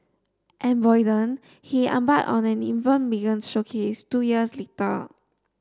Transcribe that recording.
embolden he embark on an even biggest showcase two years later